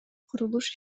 курулуш